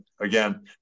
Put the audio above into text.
again